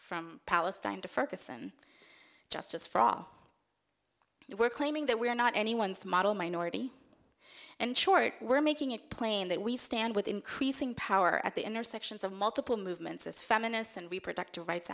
from palestine to fergusson justice for all the work claiming that we are not anyone's model minority and short we're making it plain that we stand with increasing power at the intersections of multiple movements as feminists and reproductive rights